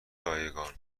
رایگان